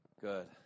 Good